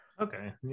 Okay